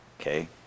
okay